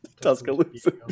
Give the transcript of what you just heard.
Tuscaloosa